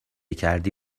کردی